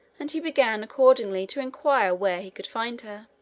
and he began, accordingly, to inquire where he could find her.